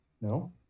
No